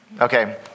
Okay